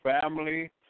family